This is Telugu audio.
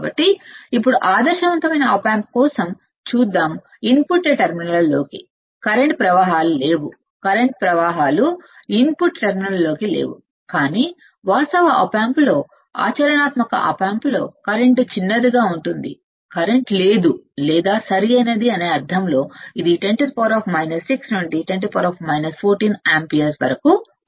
కాబట్టి ఇప్పుడు ఐడియల్ ఆప్ ఆంప్ కోసం చూద్దాం ఇన్పుట్ టెర్మినల్లోకి కరెంట్ ప్రవాహాలు లేవు కరెంట్ ప్రవాహాలు ఇన్పుట్ టెర్మినల్ లోకి లేవు కానీ వాస్తవ ఆప్ ఆంప్లో ఆచరణాత్మక ఆప్ ఆంప్లో కరెంట్ చిన్నదిగా ఉంటుంది కరెంట్ లేదు లేదా ఇది 10 6 నుండి 10 14 ఆంపియర్ ఉంటుంది